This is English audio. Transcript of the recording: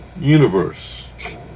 Universe